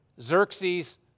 Xerxes